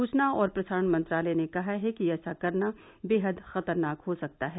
सूचना और प्रसारण मंत्रालय ने कहा है कि ऐसा करना बेहद खतरनाक हो सकता है